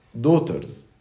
daughters